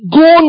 go